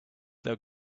their